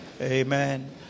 Amen